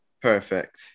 Perfect